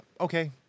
okay